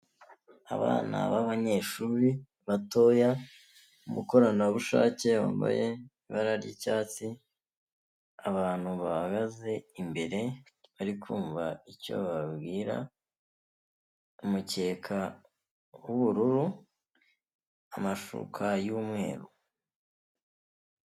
Abana b'abanyeshuri batoya, umukoranabushake wambaye ibara ry'icyatsi, abantu bahagaze imbere bari kumva icyo bababwira, umukeka w'ubururu, amashuka y'umweru.